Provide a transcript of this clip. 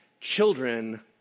Children